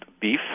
beef